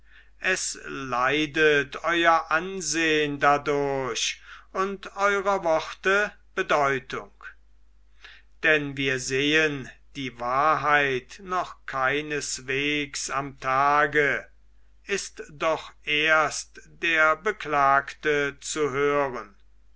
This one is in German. es leidet euer ansehn dadurch und eurer worte bedeutung denn wir sehen die wahrheit noch keineswegs am tage ist doch erst der beklagte zu hören